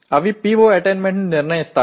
అవి PO అటైన్మెంట్ను నిర్ణయిస్తాయి